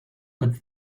but